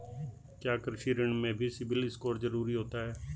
क्या कृषि ऋण में भी सिबिल स्कोर जरूरी होता है?